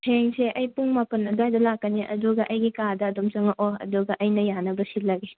ꯍꯌꯦꯡꯁꯦ ꯑꯩ ꯄꯨꯡ ꯃꯄꯟ ꯑꯗꯨꯋꯥꯏꯗ ꯂꯥꯛꯀꯅꯤ ꯑꯗꯨꯒ ꯑꯩꯒꯤ ꯀꯥꯗ ꯑꯗꯨꯝ ꯆꯪꯉꯛꯑꯣ ꯑꯗꯨꯒ ꯑꯩꯅ ꯌꯥꯅꯕ ꯁꯤꯜꯂꯒꯦ